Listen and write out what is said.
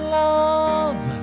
love